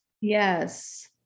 Yes